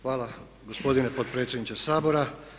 Hvala gospodine potpredsjedniče Sabora.